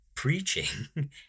preaching